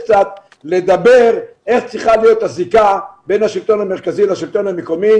ולדבר איך צריכה להיות הזיקה בין השלטון המרכזי לשלטון המקומי.